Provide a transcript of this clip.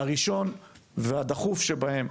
הראשון והדחוף שבהם,